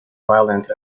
violent